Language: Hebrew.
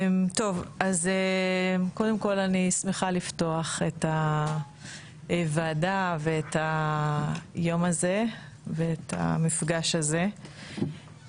אני שמחה לפתוח את הוועדה ואת היום הזה ואת המפגש הזה.